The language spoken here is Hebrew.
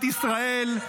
אלוהים ישמור.